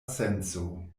senco